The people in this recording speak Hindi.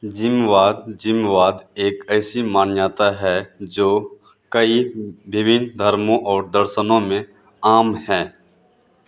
जीववाद जीववाद एक ऐसी मान्यता है जो कई विभिन्न धर्मों और दर्शनों में आम है